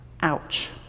Ouch